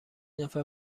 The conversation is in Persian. نفر